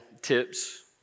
tips